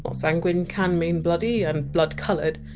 sanguine can mean bloody, and blood-coloured,